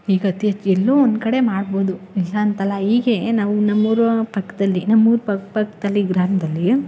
ಈಗ ಅತಿ ಹೆಚ್ಚು ಎಲ್ಲೋ ಒಂದು ಕಡೆ ಮಾಡ್ಬೋದು ಇಲ್ಲ ಅಂತಲ್ಲ ಈಗೆ ನಾವು ನಮ್ಮೂರು ಪಕ್ಕದಲ್ಲಿ ನಮ್ಮೂರ ಪಕ್ಕ ಪಕ್ಕದಲ್ಲಿ ಗ್ರಾಮದಲ್ಲಿ